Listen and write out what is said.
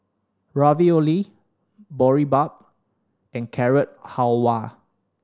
Ravioli Boribap and Carrot Halwa